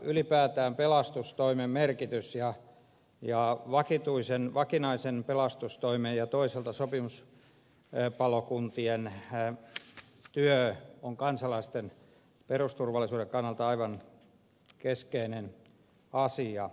ylipäätään pelastustoimen merkitys ja vakinaisen pelastustoimen ja toisaalta sopimuspalokuntien työ on kansalaisten perustusturvallisuuden kannalta aivan keskeinen asia